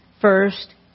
first